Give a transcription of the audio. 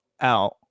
out